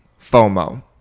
FOMO